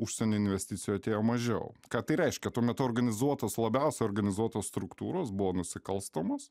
užsienio investicijų atėjo mažiau ką tai reiškia tuo metu organizuotos labiausiai organizuotos struktūros buvo nusikalstamos